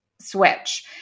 switch